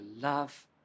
love